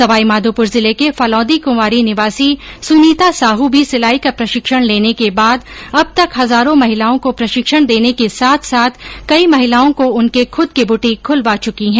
सवाईमाधोपुर जिले के फलौदीकुंवारी निवासी सुनीता साहू भी सिलाई का प्रशिक्षण लेने के बाद अब तक हजारों महिलाओं को प्रशिक्षण देने के साथ साथ कई महिलाओं को उनके खुद के बुटिक खुलवा चुकी है